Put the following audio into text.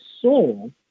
soul